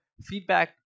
feedback